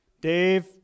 Dave